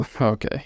Okay